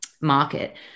market